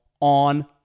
on